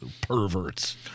Perverts